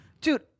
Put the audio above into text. dude